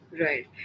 right